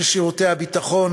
של שירותי הביטחון,